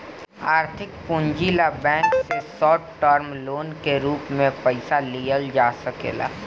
आर्थिक पूंजी ला बैंक से शॉर्ट टर्म लोन के रूप में पयिसा लिया सकेला